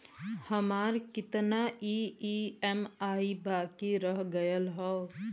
हमार कितना ई ई.एम.आई बाकी रह गइल हौ?